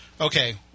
Okay